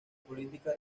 política